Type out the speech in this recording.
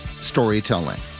storytelling